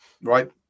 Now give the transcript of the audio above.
right